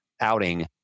outing